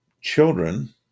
children